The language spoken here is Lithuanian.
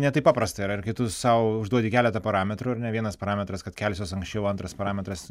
ne taip paprasta yra ir kai tu sau užduodi keletą parametrų ar ne vienas parametras kad kelsiuos anksčiau antras parametras